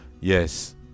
yes